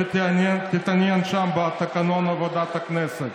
שתתעניין שם בתקנון עבודת הכנסת.